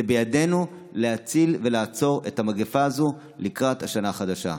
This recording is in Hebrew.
זה בידינו להציל ולעצור את המגפה הזו לקראת השנה החדשה.